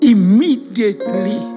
Immediately